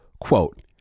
Quote